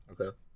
Okay